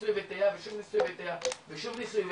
ניסוי וטעייה ושוב ניסוי וטעייה בעצם